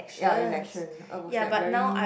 ya election I was like very